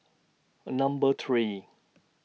Number three